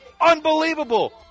Unbelievable